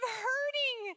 hurting